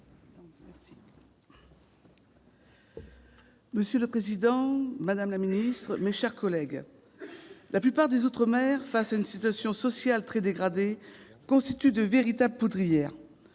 Monsieur le président, madame la ministre, mes chers collègues, la plupart des outre-mer, face à une situation sociale très dégradée, constituent de véritables poudrières.